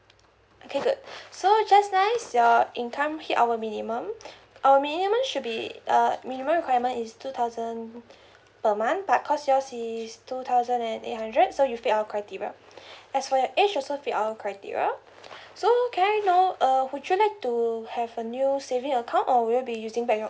okay good so just nice your income hit our minimum err minimum should be err minimum requirement is two thousand per month but cause yours is two thousand and eight hundred so you've fit our criteria as for your age also fit our criteria so can I know uh would you like to have a new saving account or will you be using back your